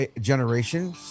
generation